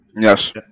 Yes